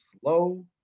slow